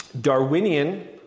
Darwinian